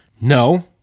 No